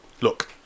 look